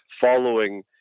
following